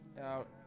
out